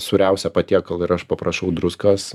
sūriausią patiekalą ir aš paprašau druskos